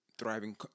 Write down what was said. thriving